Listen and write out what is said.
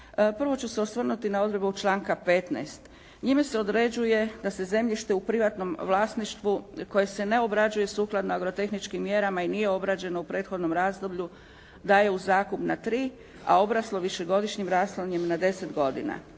Prvo ću se osvrnuti na odredbu članka 15. Njime se određuje da se zemljište u privatnom vlasništvu koje se ne obrađuje sukladno agrotehničkim mjerama i nije obrađeno u prethodnom razdoblju daje u zakup na tri, a obraslo višegodišnjim raslinjem na 10 godina.